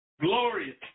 Glorious